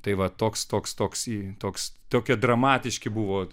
tai va toks toks toks į toks tokie dramatiški buvo